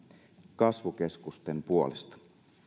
kasvukeskusten puolesta